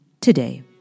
today